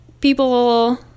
people